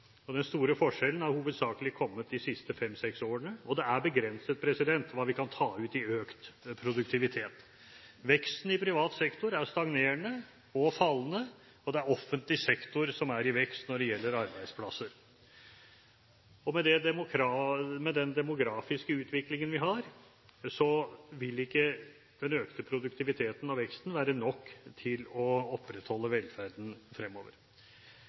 handelspartneres. Den store forskjellen har hovedsakelig kommet de siste fem–seks årene. Det er begrenset hva vi kan ta ut i økt produktivitet. Veksten i privat sektor er stagnerende og fallende, og det er offentlig sektor som er i vekst når det gjelder arbeidsplasser. Med den demografiske utviklingen vi har, vil ikke den økte produktiviteten og veksten være nok til å opprettholde velferden fremover.